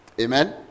Amen